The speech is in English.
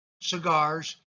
cigars